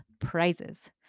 prizes